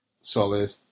Solid